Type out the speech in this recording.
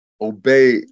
obey